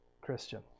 Christian